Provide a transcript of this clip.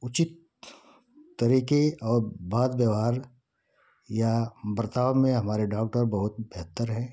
उचित तरीके और बात व्यवहार या बर्ताव में हमारे डॉक्टर बहुत बेहतर हैं